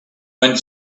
went